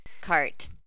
cart